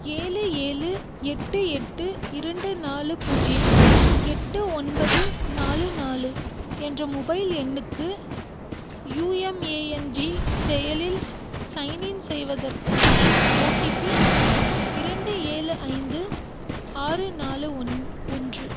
ஏழு ஏழு எட்டு எட்டு இரண்டு நாலு பூஜ்ஜியம் எட்டு ஒன்பது நாலு நாலு என்ற மொபைல் எண்ணுக்கு யூஎம்ஏஎன்ஜி செயலில் சைன்இன் செய்வதற்கான ஓடிபி இரண்டு ஏழு ஐந்து ஆறு நாலு ஒன் ஒன்று